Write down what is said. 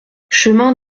chemin